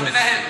המנהל.